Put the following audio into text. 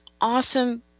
awesome